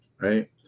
Right